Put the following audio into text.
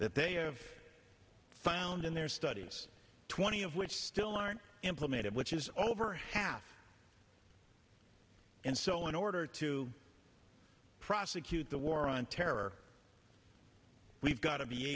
that they have found in their studies twenty of which still aren't implemented which is over half and so in order to prosecute the war on terror we've got to be